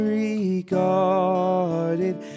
regarded